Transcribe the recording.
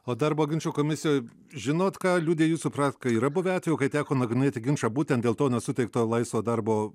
o darbo ginčų komisijoj žinot ką liudija jūsų praktika yra buvę atvejų kai teko nagrinėti ginčą būtent dėl to nesuteikto laisvo darbo